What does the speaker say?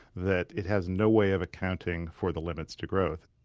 that it has no way of accounting for the limits to growth.